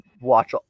watch